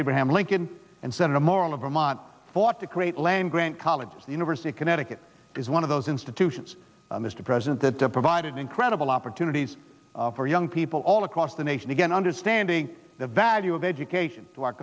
abraham lincoln and senator morell of ramana fought to create land grant colleges the university of connecticut is one of those institutions mr president that provided incredible opportunities for young people all across the nation again understanding the value of education to our